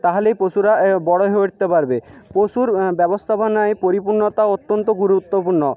তাহলেই পশুরা বড়ো হয়ে উঠতে পারবে পশুর ব্যবস্থাপনায় পরিপূর্ণতা অত্যন্ত গুরুত্বপূর্ণ